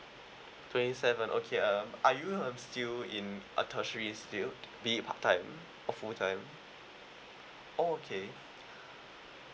twenty seven okay um are you um still in a tertiary still be it part time or full time oh okay